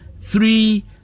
three